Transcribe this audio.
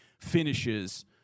finishes